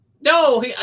No